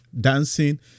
dancing